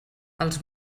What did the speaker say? els